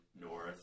north